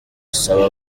asaba